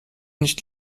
nicht